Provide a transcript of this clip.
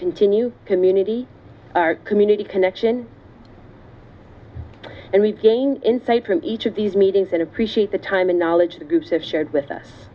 continue community our community connection and we gain insight from each of these meetings and appreciate the time and knowledge the groups have shared with us